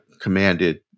commanded